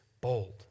bold